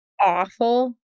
awful